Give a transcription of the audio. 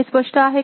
हे स्पष्ट आहे का